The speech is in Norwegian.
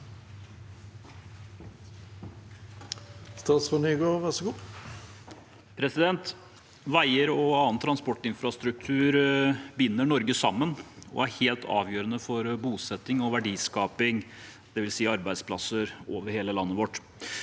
Veier og an- nen transportinfrastruktur binder Norge sammen og er helt avgjørende for bosetning og verdiskaping, dvs. arbeidsplasser, over hele landet vårt.